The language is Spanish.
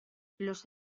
los